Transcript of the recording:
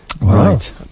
Right